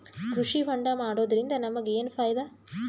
ಕೃಷಿ ಹೋಂಡಾ ಮಾಡೋದ್ರಿಂದ ನಮಗ ಏನ್ ಫಾಯಿದಾ?